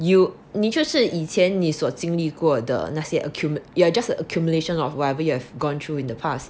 you 你就是以前你所经历过的那些 equipment you're just the accumulation of whatever you have gone through in the past